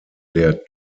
der